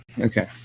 okay